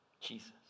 Jesus